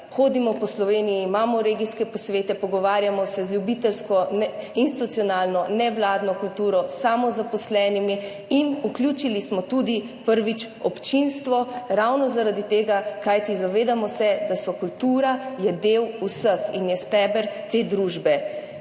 Hodimo po Sloveniji, imamo regijske posvete, pogovarjamo se z ljubiteljsko, institucionalno, nevladno kulturo, samozaposlenimi. Prvič smo vključili tudi občinstvo, kajti zavedamo se, da je kultura del vseh in je steber te družbe.